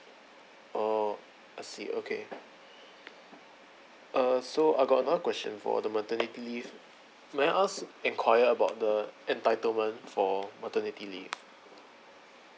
oh I see okay uh so I got another question for the maternity leave may I ask inquire about the entitlement for maternity leave